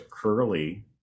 curly